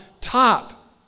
top